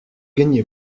gagné